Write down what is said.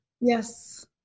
Yes